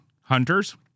hunters